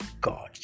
god